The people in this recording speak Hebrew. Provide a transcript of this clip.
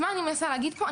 מה אני מנסה להגיד פה?